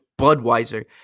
Budweiser